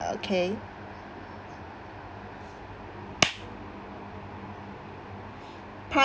okay part